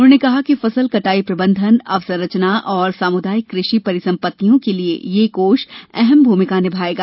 उन्होंने कहा कि फसल कटाई प्रबंधन अवसंरचना और सामुदायिक कृषि परिसंपत्तियों के लिए यह कोष अहम भूमिका निभाएगा